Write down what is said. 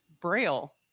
braille